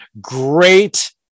Great